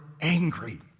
angry